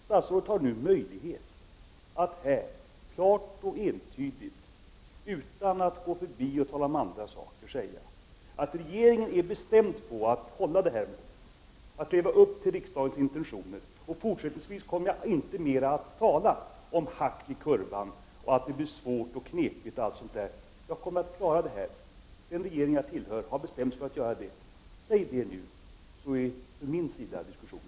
Statsrådet har nu en möjlighet att klart och entydigt, utan att gå förbi frågan och tala om andra saker, säga att regeringen är bestämd när det gäller att hålla målet och att leva upp till riksdagens intentioner. Statsrådet bör säga att hon fortsättningsvis inte skall tala om hack i kurvan och att det kommer att bli svårt, utan att hon kommer att klara det här och att regeringen har bestämt sig för att göra det. Säg det nu, så är diskussionen från min sida avslutad.